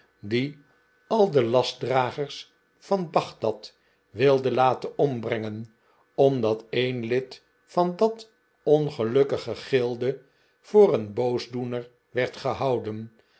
die al de lastdragers van bagdad wilde laten ombrengen omdat een lid van dat ongelukkige gilde voor een boosdoener werd gehouden